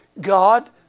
God